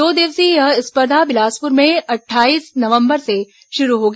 दो दिवसीय यह स्पर्धा बिलासपुर में अट्ठाईस नवंबर से शुरू होगी